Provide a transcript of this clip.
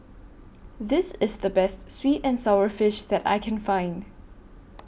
This IS The Best Sweet and Sour Fish that I Can Find